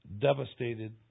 devastated